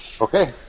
Okay